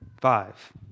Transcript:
five